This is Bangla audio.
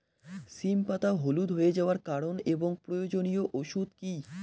সিম পাতা হলুদ হয়ে যাওয়ার কারণ এবং প্রয়োজনীয় ওষুধ কি?